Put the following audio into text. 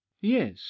yes